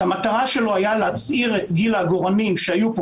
שהמטרה שלו הייתה להצעיר את גיל העגורנים שהיו פה,